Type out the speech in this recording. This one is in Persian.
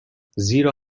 زیرا